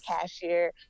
cashier